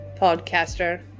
podcaster